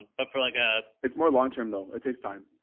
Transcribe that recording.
but for like. ah it's more longterm though. it takes time.